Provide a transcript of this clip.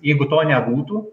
jeigu to nebūtų